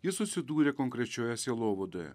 jis susidūrė konkrečioje sielovadoje